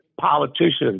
politicians